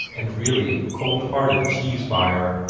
and really cold-hearted cheese-buyer.